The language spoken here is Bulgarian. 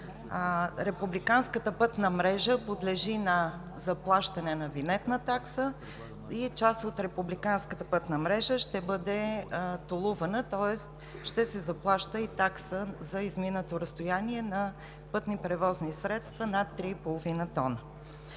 Републиканската пътна мрежа подлежи на заплащане на винетна такса и част от нея ще бъде толувана, тоест ще се заплаща и такса за изминато разстояние на пътни превозни средства над 3,5 тона.